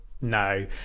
no